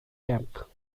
camp